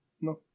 No